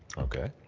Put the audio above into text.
okay,